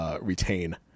Retain